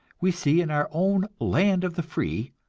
we see, in our own land of the free,